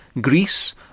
Greece